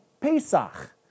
Pesach